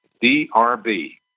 D-R-B